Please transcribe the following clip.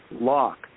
lock